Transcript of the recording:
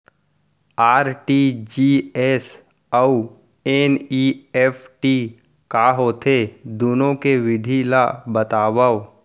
RTGS अऊ NEFT का होथे, दुनो के विधि ला बतावव